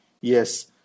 Yes